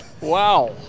wow